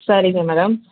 சரிங்க மேடம்